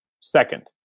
Second